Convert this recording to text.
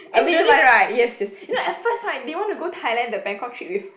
a bit too much right yes yes you know at first right they want to go Thailand the Bangkok trip with